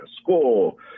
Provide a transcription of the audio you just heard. school